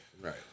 right